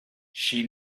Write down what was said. she